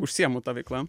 užsiimu ta veikla